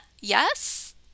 yes